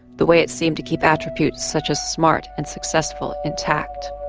the way it seemed to keep attributes such as smart and successful intact.